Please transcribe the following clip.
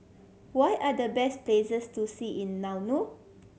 what are the best places to see in Nauru